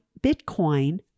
Bitcoin